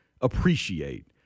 appreciate